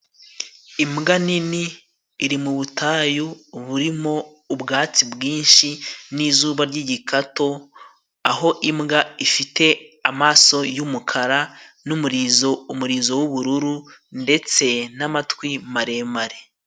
Imbwa nini iri mu butayu burimo ubwatsi bwinshi n'zuba ry'igikato, aho imbwa ifite amaso yumukara n'umurizo umurizo w'ubururu ndetse n'amatwi maremare.